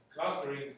clustering